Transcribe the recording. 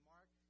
Mark